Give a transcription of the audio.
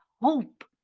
hope